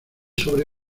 sobre